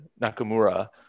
Nakamura